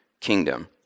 kingdom